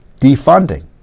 defunding